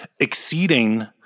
exceeding